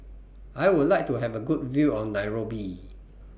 I Would like to Have A Good View of Nairobi